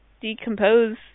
decompose